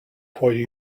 quite